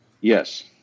Yes